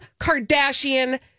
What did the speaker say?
Kardashian